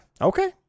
Okay